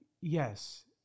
yes